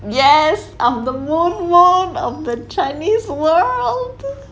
yes I'm the moon moon of the chinese world